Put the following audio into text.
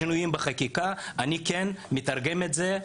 שינויים בחקיקה אני כן מתרגם את זה,